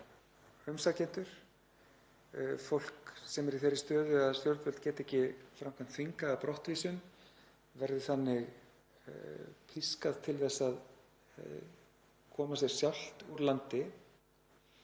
Fólk sem er í þeirri stöðu að stjórnvöld geta ekki framkvæmt þvingaða brottvísun verður þannig pískað til að koma sér sjálft úr landi